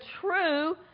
true